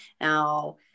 now